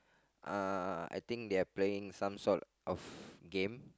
uh I think they're playing some sort of game